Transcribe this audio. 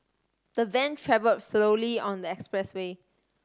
the van travelled slowly on the expressway